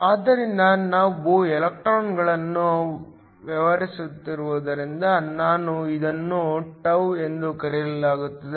ಆದ್ದರಿಂದ ನಾವು ಎಲೆಕ್ಟ್ರಾನ್ಗಳನ್ನು ವ್ಯವಹರಿಸುತ್ತಿರುವುದರಿಂದ ನಾನು ಇದನ್ನು τ ಎಂದು ಕರೆಯುತ್ತೇನೆ